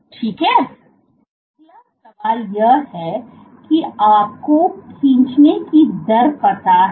ठीक है अगला सवाल यह है कि आपको खींचने की दर पता है